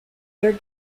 their